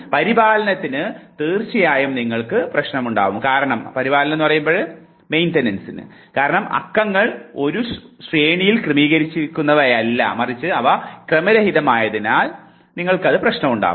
പരിപാലനത്തിൽ തീർച്ചയായും നിങ്ങൾക്ക് പ്രശ്നമുണ്ടാകും കാരണം അക്കങ്ങൾ ഒരു ശ്രേണിയിൽ ക്രമീകരിച്ചിരിക്കുന്നവയല്ല മറിച്ച് അവ ക്രമരഹിതമായതിൽ അടിസ്ഥാനമാക്കിയുള്ളതാണ്